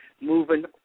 moving